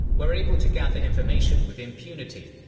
were able to gather information with impunity,